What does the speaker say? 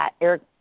Eric